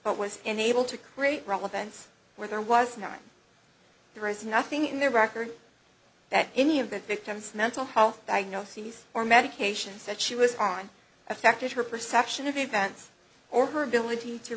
enable to create relevance where there was no time there is nothing in the record that any of the victim's mental health diagnoses or medications that she was on affected her perception of events or her ability to